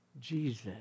Jesus